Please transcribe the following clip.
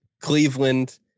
Cleveland